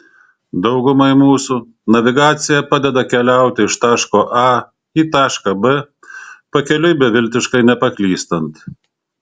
daugumai mūsų navigacija padeda keliauti iš taško a į tašką b pakeliui beviltiškai nepaklystant